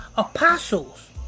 Apostles